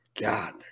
god